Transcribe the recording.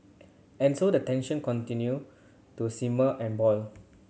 and so the tension continue to simmer and boil